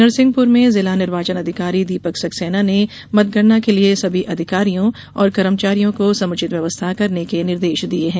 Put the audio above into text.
नरसिंहपुर में जिला निर्वाचन अधिकारी दीपक सक्सेना ने मतगणना के लिए सभी अधिकारियों और कर्मचारियों को समुचित व्यवस्था करने के निर्देश दिये हैं